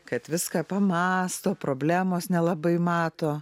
kad viską pamąsto problemos nelabai mato